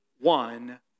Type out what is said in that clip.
one